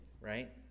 right